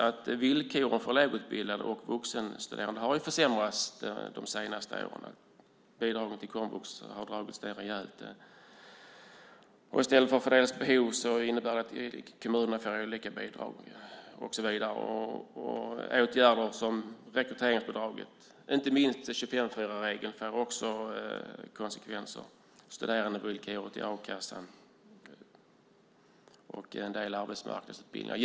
Men villkoren för lågutbildade och vuxenstuderande har ju försämrats de senaste åren. Bidragen till komvux har dragits ned rejält, och i stället för att fördelas efter behov får kommunerna olika bidrag och så vidare. Jag tänker på åtgärder som rör rekryteringsbidraget. Inte minst får detta med 25:4-regeln konsekvenser. Jag tänker på studerandevillkoret i a-kassan och en del arbetsmarknadsutbildningar.